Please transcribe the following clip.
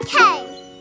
Okay